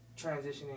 transitioning